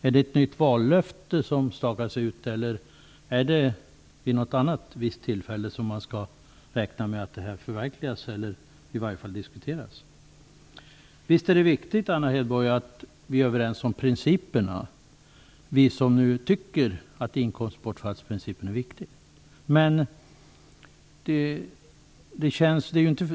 Är det ett nytt vallöfte som stakas ut, eller är det vid något annat tillfälle som man skall räkna med att detta skall förverkligas eller i varje fall diskuteras? Visst är det viktigt, Anna Hedborg, att vi som tycker att inkomstbortfallsprincipen är viktig också är överens om principerna.